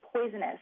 poisonous